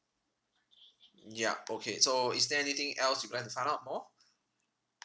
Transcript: yup okay so is there anything else you'd like to find out more